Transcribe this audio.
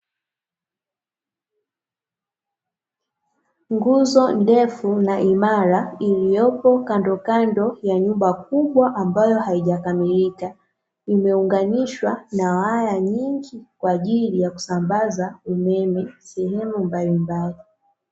Nguzo ndefu na imara iliyopo kandokando ya nyumba kubwa ambayo haijakamilika, imeunganishwa na nyaya nyingi kwa ajili ya kusambaza umeme sehemu mbalimbali.